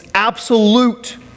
Absolute